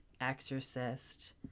exorcist